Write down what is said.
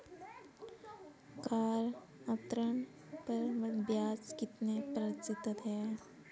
Car ऋण पर ब्याज कितने प्रतिशत है?